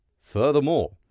Furthermore